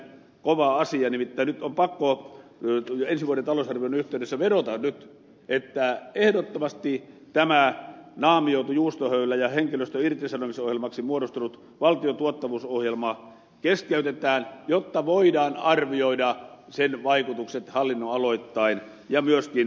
nimittäin nyt on pakko ensi vuoden talousarvion yhteydessä vedota että ehdottomasti tämä naamioitu juustohöylä ja henkilöstön irtisanomisohjelmaksi muodostunut valtion tuottavuusohjelma keskeytetään jotta voidaan arvioida sen vaikutukset hallinnonaloittain ja myöskin oikean tavoitteen kannalta